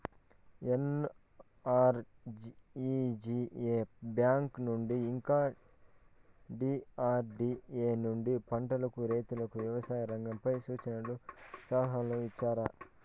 NREGA bank నుండి ఇంకా DRDA నుండి పంటలకు రైతుకు వ్యవసాయ రంగంపై సూచనలను సలహాలు ఇచ్చారా